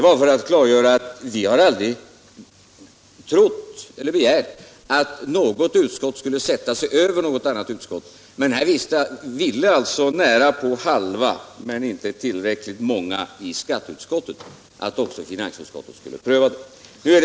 Jag vill klargöra att vi aldrig har trott eller begärt att något utskott skulle sätta sig över något annat utskott, men i detta fall ville alltså nästan hälften — men inte tillräckligt många — av skatteutskottets ledamöter att också finansutskottet skulle pröva denna fråga.